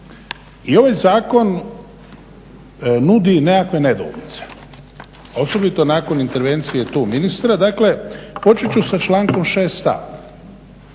i ovaj zakon nudi nekakve nedoumice, osobito nakon intervencije tu ministra. Dakle počet ću sa člankom 6.a